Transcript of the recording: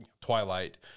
Twilight